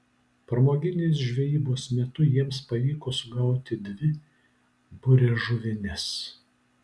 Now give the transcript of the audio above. pramoginės žvejybos metu jiems pavyko sugauti dvi buriažuvines